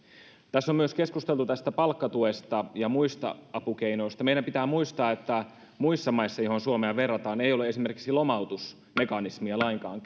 tässä on myös keskusteltu palkkatuesta ja muista apukeinoista meidän pitää muistaa että muissa maissa joihin suomea verrataan ei ole esimerkiksi lomautusmekanismia lainkaan